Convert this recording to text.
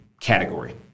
category